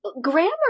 grammar